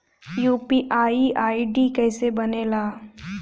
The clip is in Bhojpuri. यू.पी.आई आई.डी कैसे बनेला?